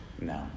No